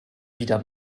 wieder